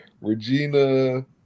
Regina